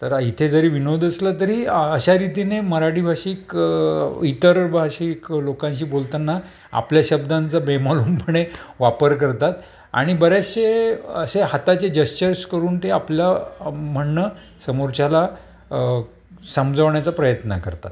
तर इथे जरी विनोद असलं तरी अशा रीतीने मराठी भाषिक इतर भाषिक लोकांशी बोलताना आपल्या शब्दांचा बेमालूमपणे वापर करतात आणि बरेचसे असे हाताचे जेश्चर्स करून ते आपलं म्हणणं समोरच्याला समजवण्याचा प्रयत्न करतात